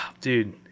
dude